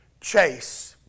Chase